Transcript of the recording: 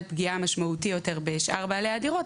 פגיעה משמעותי יותר בשאר בעלי הדירות,